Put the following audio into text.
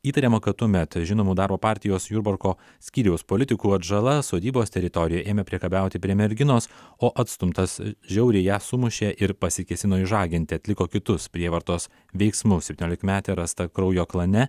įtariama kad tuomet žinomų darbo partijos jurbarko skyriaus politikų atžala sodybos teritorijoj ėmė priekabiauti prie merginos o atstumtas žiauriai ją sumušė ir pasikėsino išžaginti atliko kitus prievartos veiksmus septyniolikmetė rasta kraujo klane